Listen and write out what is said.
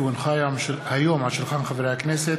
כי הונחה היום על שולחן הכנסת,